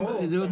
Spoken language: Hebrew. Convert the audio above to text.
זה.